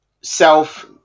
self